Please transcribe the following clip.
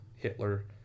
Hitler